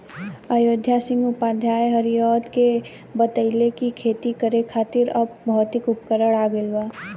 अयोध्या सिंह उपाध्याय हरिऔध के बतइले कि खेती करे खातिर अब भौतिक उपकरण आ गइल बा